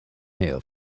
here